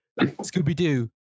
scooby-doo